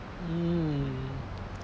mm